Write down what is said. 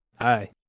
Hi